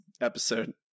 episode